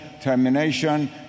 termination